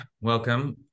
Welcome